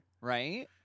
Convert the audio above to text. Right